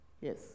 Yes